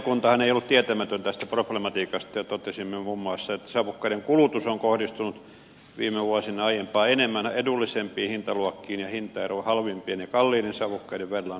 valiokuntahan ei ollut tietämätön tästä problematiikasta ja totesimme muun muassa että savukkeiden kulutus on kohdistunut viime vuosina aiempaa enemmän edullisempiin hintaluokkiin ja hintaero halvimpien ja kalliiden savukkeiden välillä on kasvanut